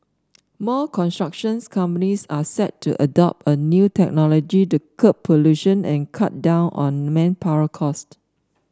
more constructions companies are set to adopt a new technology to curb pollution and cut down on manpower cost